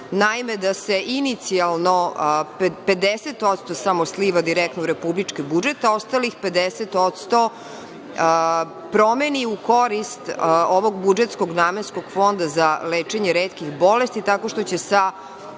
naime, da se inicijalno samo 50% sliva direktno u republički budžet, a ostalih 50% promeni u korist ovog budžetskog namenskog Fonda za lečenje retkih bolesti tako što će sa